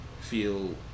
feel